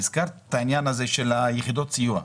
הזכרת את העניין הזה של יחידות הסיוע.